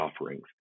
offerings